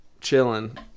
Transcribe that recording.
chilling